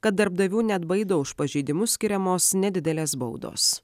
kad darbdavių neatbaido už pažeidimus skiriamos nedidelės baudos